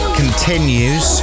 continues